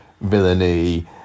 villainy